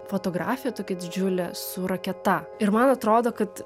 fotografija tokia didžiulė su raketa ir man atrodo kad